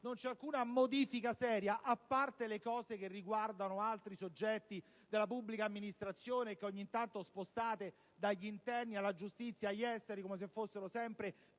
non c'è alcuna modifica seria, a parte le cose che riguardano altri soggetti della pubblica amministrazione e che ogni tanto spostate dall'Interno alla Giustizia o agli Affari esteri, come se fossero sempre